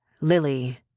Lily